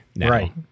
right